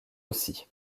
aussi